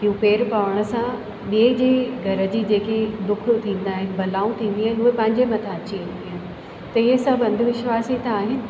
की पेरु पवण सां ॿिए जी घर जी जेकी दुख थींदा आहिनि बलाऊं थींदियूं आहिनि उहे पंहिंजे मथां अची वेंदियूं आहिनि त हीअ सभु अंधविश्वास ई त आहिनि